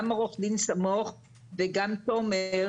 גם עורך הדין סומך וגם תומר,